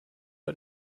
hat